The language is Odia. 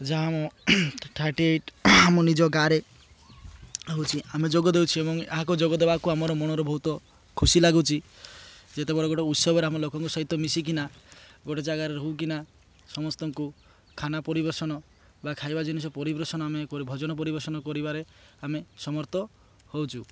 ଯାହା ଆମ ଥାର୍ଟି ଏଇଟ୍ ଆମ ନିଜ ଗାଁରେ ହେଉଛି ଆମେ ଯୋଗ ଦେଉଛୁ ଏବଂ ଏହାକୁ ଯୋଗ ଦେବାକୁ ଆମର ମନରେ ବହୁତ ଖୁସି ଲାଗୁଛି ଯେତେବେଳେ ଗୋଟେ ଉତ୍ସବରେ ଆମ ଲୋକଙ୍କ ସହିତ ମିଶିକିନା ଗୋଟେ ଜାଗାରେ ରହିକିନା ସମସ୍ତଙ୍କୁ ଖାନା ପରିବେଷଣ ବା ଖାଇବା ଜିନିଷ ପରିବେଷଣ ଆମେ ଭଜନ ପରିବେଷଣ କରିବାରେ ଆମେ ସମର୍ଥ ହେଉଛୁ